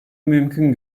mümkün